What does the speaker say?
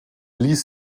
ließ